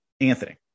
Anthony